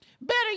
Better